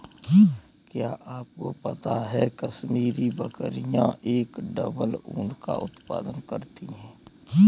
क्या आपको पता है कश्मीरी बकरियां एक डबल ऊन का उत्पादन करती हैं?